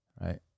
right